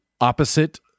opposite